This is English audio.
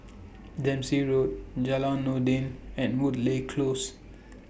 Dempsey Road Jalan Noordin and Woodleigh Close